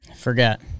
Forget